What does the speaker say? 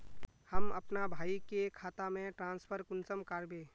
हम अपना भाई के खाता में ट्रांसफर कुंसम कारबे?